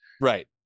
right